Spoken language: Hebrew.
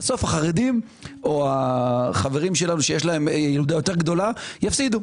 בסוף החרדים או החברים שלנו שיש להם ילודה יותר גדולה יפסידו.